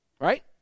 right